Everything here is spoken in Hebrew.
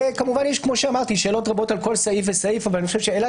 יש שאלות רבות על כל סעיף אבל אלה